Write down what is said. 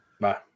Bye